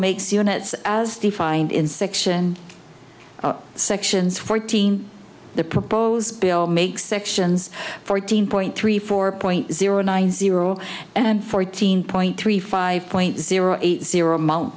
makes units as defined in section sections fourteen the proposed bill makes sections fourteen point three four point zero nine zero and fourteen point three five point zero eight zero mon